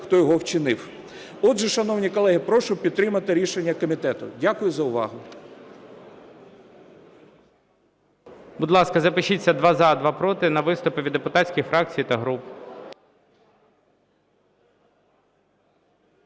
хто його вчинив. Отже, шановні колеги, прошу підтримати рішення комітету. Дякую за увагу.